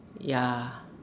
ya